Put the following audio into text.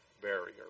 barrier